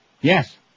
Yes